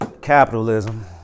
capitalism